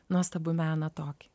nuostabų meną tokį